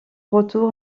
retour